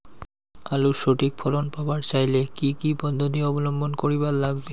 আলুর সঠিক ফলন পাবার চাইলে কি কি পদ্ধতি অবলম্বন করিবার লাগবে?